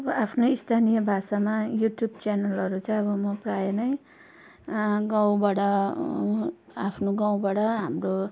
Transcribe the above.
अब आफ्नो स्थानीय भाषामा युट्युब च्यानलहरू चाहिँ अब म प्रायः नै गाउँबाट आफ्नो गाउँबाट हाम्रो